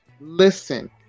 listen